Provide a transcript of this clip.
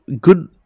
good